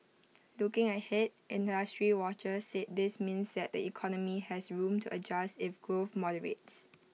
looking ahead industry watchers said this means that the economy has room to adjust if growth moderates